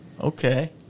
Okay